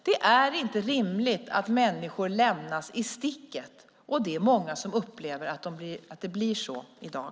Det är inte rimligt att människor lämnas i sticket, men det är många som upplever att det blir så i dag.